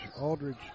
Aldridge